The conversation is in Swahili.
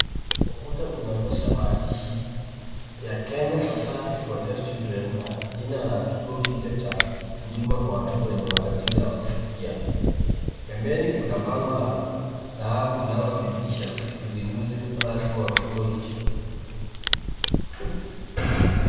Ukuta unaonyesha maandishi ya Kenya Society For Deaf Children na jina la kituo kipya cha huduma kwa watoto wenye matatizo ya kusikia. Pembeni kuna bango la dhahabu lialothibitisha uzinduzi rasmi wa kituo hicho.